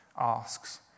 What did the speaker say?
asks